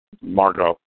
Margot